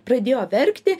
pradėjo verkti